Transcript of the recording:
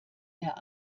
der